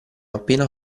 appena